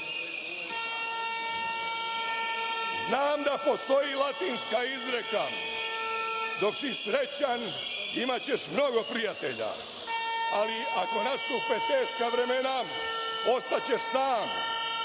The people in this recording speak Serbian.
da postoji latinska izreka „dok si srećan imaćeš mnogo prijatelja, ali ako nastupe teška vremena ostaćeš sam“.